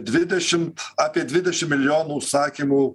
dvidešimt apie dvidešim milijonų užsakymų